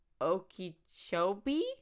Okeechobee